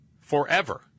Forever